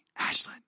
Ashlyn